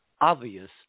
obvious